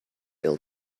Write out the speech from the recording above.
ill